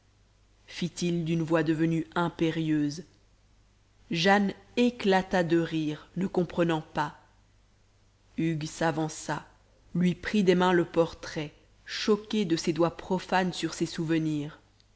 fit-il d'une voix devenue impérieuse jane éclata de rire ne comprenant pas hugues s'avança lui prit des mains le portrait choqué de ces doigts profanes sur ses souvenirs